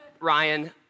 Ryan